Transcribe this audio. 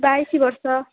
ବାଇଶି ବର୍ଷ